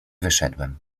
wyszedłem